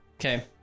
Okay